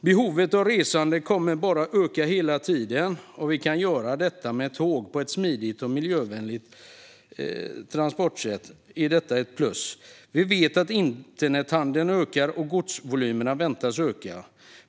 Behovet av resande kommer bara att öka hela tiden, och om vi kan göra det med tåg på ett smidigt och miljövänligt sätt är det ett plus. Vi vet att internethandeln ökar och att godsvolymerna väntas öka.